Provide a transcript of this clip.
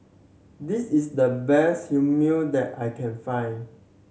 this is the best Hummu that I can find